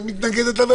את מתנגדת לה,